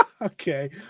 Okay